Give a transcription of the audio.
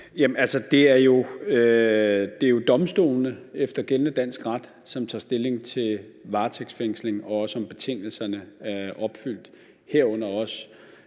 Det er jo efter gældende dansk ret domstolene, som tager stilling til varetægtsfængsling, og også om betingelserne er opfyldt, herunder også